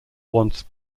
once